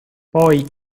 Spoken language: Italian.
poi